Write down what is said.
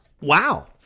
wow